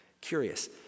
curious